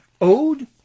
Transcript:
Ode